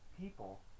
people